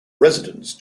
residence